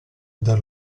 dar